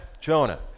Jonah